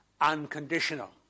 unconditional